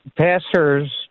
pastors